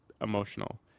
emotional